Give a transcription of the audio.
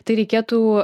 tai reikėtų